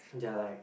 they are like